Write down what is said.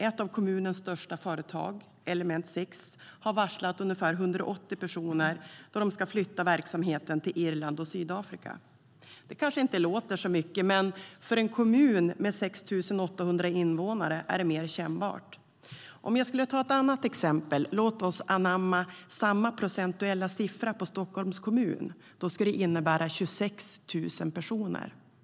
Ett av kommunens största företag, Element Six, har varslat ungefär 180 personer, då de ska flytta verksamheten till Irland och Sydafrika. Det kanske inte låter så mycket, men för en kommun med 6 800 invånare är det mer än kännbart. Jag skulle vilja ta ett annat exempel. Låt oss anpassa samma procentuella siffra till Stockholms kommun. Det skulle innebära 26 000 personer.